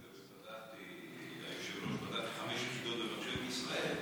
ודאי שמתווספים ומתחדשים בהם חידושים,